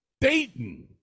Dayton